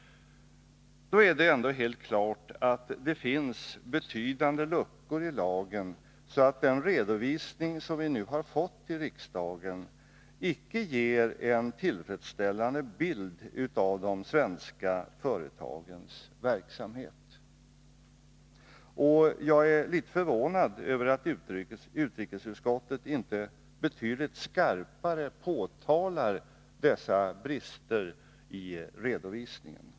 Helt klart är emellertid att det finns betydande luckor i lagen, vilka medför att den redovisning som vi har fått i riksdagen inte ger en tillfredsställande bild av de svenska företagens verksamhet. Jag är litet förvånad över att utrikesutskottet inte betydligt skarpare påtalar dessa brister i redovisningen.